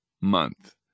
month